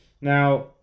Now